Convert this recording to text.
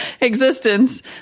existence